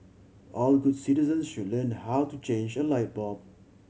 all good citizens should learn how to change a light bulb